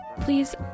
please